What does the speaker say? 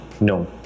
no